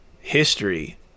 history